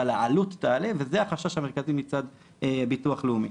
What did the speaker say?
אבל העלות תעלה וזה החשש המרכזי מצד בטוח לאומי,